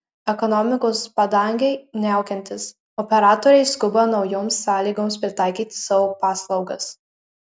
ekonomikos padangei niaukiantis operatoriai skuba naujoms sąlygoms pritaikyti savo paslaugas